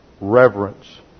reverence